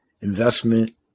investment